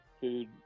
food